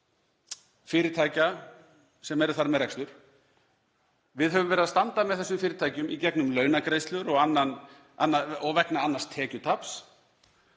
fyrirtækja sem eru þar með rekstur? Við höfum verið að standa með þessum fyrirtækjum í gegnum launagreiðslur og vegna annars tekjutaps.